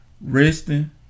resting